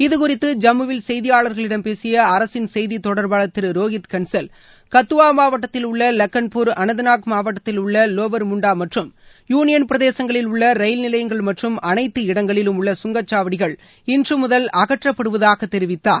இது குறித்து ஜம்முவில் செய்தியாளர்களிடம் பேசிய அரசின் செய்தித் தொடர்பாளர் திரு ரோஹித் கள்சல் கத்துவா மாவட்டத்தில் உள்ள லக்கன்பூர் அனந்த்னாக் மாவட்டத்தில் உள்ள லோவர் முன்டா மற்றும் யூனியன் பிரதேசங்களில் உள்ள ரயில் நிலையங்கள் மற்றும் அனைத்து இடங்களிலும் உள்ள சுங்கச்சாவடிகள் இன்று முதல் அகற்றப்படுவதாக தெரிவித்தார்